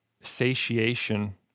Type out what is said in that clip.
satiation